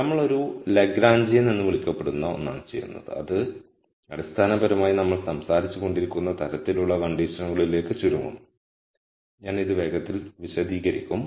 നമ്മൾ ഒരു ലഗ്രാൻജിയൻ എന്ന് വിളിക്കപ്പെടുന്ന ഒന്നാണ് ചെയ്യുന്നത് അത് അടിസ്ഥാനപരമായി നമ്മൾ സംസാരിച്ചുകൊണ്ടിരിക്കുന്ന തരത്തിലുള്ള കണ്ടിഷനുകളിലേക്ക് ചുരുങ്ങും ഞാൻ ഇത് വേഗത്തിൽ വിശദീകരിക്കും